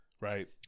right